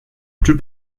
plus